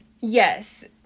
Yes